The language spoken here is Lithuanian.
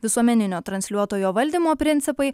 visuomeninio transliuotojo valdymo principai